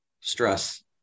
stress